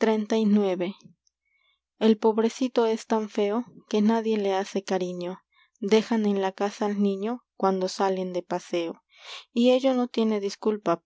xxxix l pobrecito es tan feo que nadie le hace cariño dejan en la casa al niño paseo cuando salen de y ello pues es no tiene disculpa